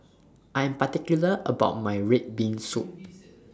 I Am particular about My Red Bean Soup